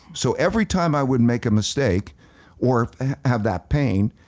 so every time i would make a mistake or have that pain,